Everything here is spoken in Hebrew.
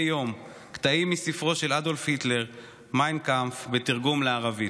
יום קטעים מספרו של אדולף היטלר "מיין קאמפף" בתרגום לערבית.